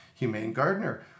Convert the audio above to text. HumaneGardener